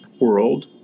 world